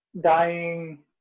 dying